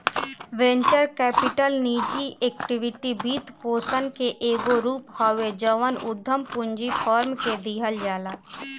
venture capital निजी equity वित्तपोषण के एगो रूप हवे जवन उधम पूंजी फार्म के दिहल जाला